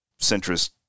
centrist